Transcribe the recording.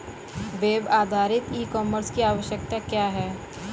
Web आधारित e commerce की आवश्यकता क्या है?